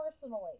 personally